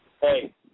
Hey